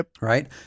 right